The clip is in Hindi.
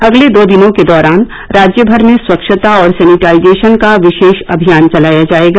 अगले दो दिनों के दौरान राज्य भर में स्वच्छता और सैनिटाइजेशन का विशेष अभियान चलाया जाएगा